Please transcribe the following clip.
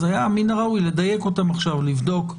אז מן הראוי היה לדייק אותם עכשיו ולבדוק,